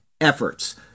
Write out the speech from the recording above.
efforts